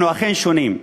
אנחנו אכן שונים.